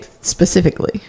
specifically